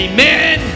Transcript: Amen